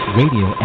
radio